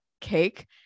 cake